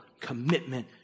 commitment